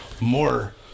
more